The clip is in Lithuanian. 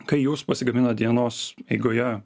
kai jūs pasigaminat dienos eigoje